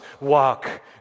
walk